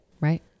Right